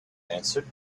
answered